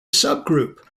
subgroup